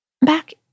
Back